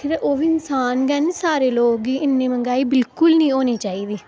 आखिर ओह् बी इन्सान गै न सारे लोक इन्नी मंग्हाई बिल्कुल निं होनी चाहिदी